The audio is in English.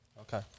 Okay